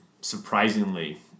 surprisingly